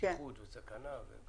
בטיחות וסכנה.